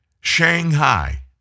Shanghai